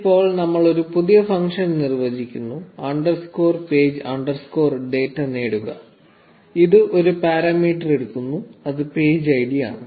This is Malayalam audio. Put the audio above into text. ഇപ്പോൾ നമ്മൾ ഒരു പുതിയ ഫംഗ്ഷൻ നിർവ്വചിക്കുന്നു അണ്ടർസ്കോർ പേജ് അണ്ടർസ്കോർ ഡാറ്റ നേടുക ഇത് ഒരു പാരാമീറ്റർ എടുക്കുന്നു അത് പേജ് ഐഡി ആണ്